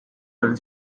all